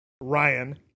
Ryan